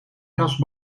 kast